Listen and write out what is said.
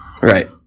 right